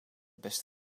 beste